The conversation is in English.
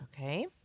Okay